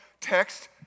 text